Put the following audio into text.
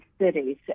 cities